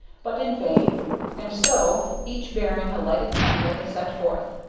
but in vain and so, each bearing a lighted candle, they set forth.